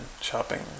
shopping